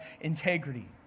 integrity